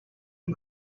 and